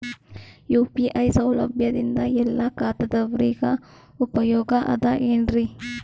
UPI ಸೌಲಭ್ಯದಿಂದ ಎಲ್ಲಾ ಖಾತಾದಾವರಿಗ ಉಪಯೋಗ ಅದ ಏನ್ರಿ?